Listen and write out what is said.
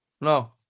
No